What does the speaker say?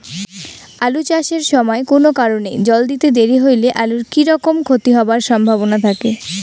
আলু চাষ এর সময় কুনো কারণে জল দিতে দেরি হইলে আলুর কি রকম ক্ষতি হবার সম্ভবনা থাকে?